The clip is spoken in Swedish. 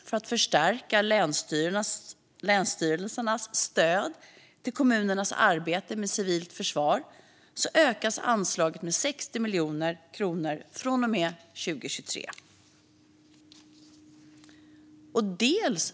För att förstärka länsstyrelsernas stöd till kommunernas arbete med civilt försvar ökas anslaget med 60 miljoner kronor från och med 2023.